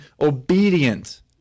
obedient